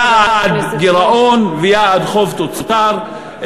יעד גירעון ויעד חוב-תוצר,